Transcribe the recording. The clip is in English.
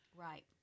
Right